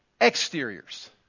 exteriors